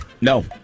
No